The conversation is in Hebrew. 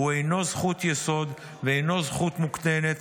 הוא אינו זכות יסוד ואינו זכות מוקנית,